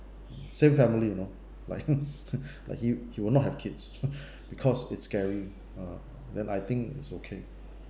same family you know like like he he would not have kids because it's scary uh then I think it's okay